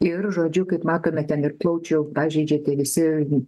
ir žodžiu kaip matome ten ir plaučių pažeidžia tie visi